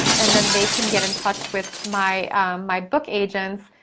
and then they can get in touch with my my book agents,